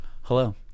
Hello